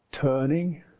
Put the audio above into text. turning